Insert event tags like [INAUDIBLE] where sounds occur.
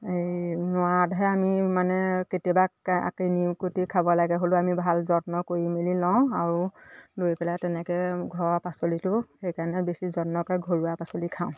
এই নোৱাৰাতহে আমি মানে কেতিয়াবা [UNINTELLIGIBLE] কিনি [UNINTELLIGIBLE] খাব লাগে হ'লেও আমি ভাল যত্ন কৰি মেলি লওঁ আৰু লৈ পেলাই তেনেকৈ ঘৰৰ পাচলিটো সেইকাৰণে বেছি যত্নকৈ ঘৰুৱা পাচলি খাওঁ